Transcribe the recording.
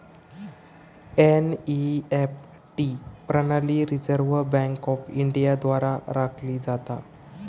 NEFT प्रणाली Reserve Bank of India द्वारा राखली जाता